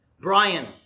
Brian